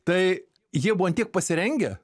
tai jie buvo ant tiek pasirengę